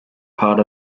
part